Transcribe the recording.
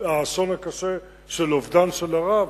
והאסון הקשה של האובדן של הרב,